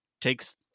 takes